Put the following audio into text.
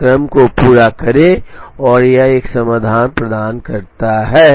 इस क्रम को पूरा करें और यह एक समाधान प्रदान करता है